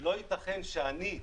לא ייתכן שאני,